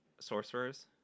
sorcerers